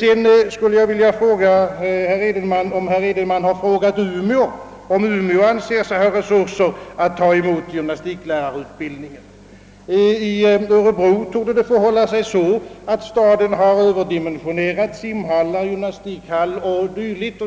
Sedan skulle jag vilja fråga herr Edenman, om han har undersökt, om Umeå anser sig ha resurser att ta emot gymnastiklärarutbildningen. Om jag inte är fel underrättad har Örebro överdimensionerat simhallar, gymnastikhallar och dylikt.